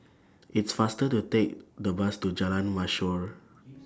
It's faster to Take The Bus to Jalan Mashhor